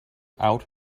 out